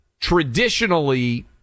traditionally